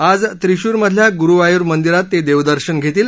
आज त्रिशूरमधल्या गुरुवायूर मंदिरात ते देवदर्शन घेतील